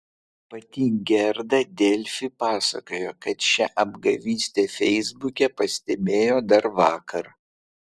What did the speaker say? pati gerda delfi pasakojo kad šią apgavystę feisbuke pastebėjo dar vakar